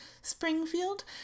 Springfield